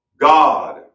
God